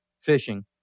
fishing